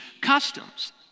customs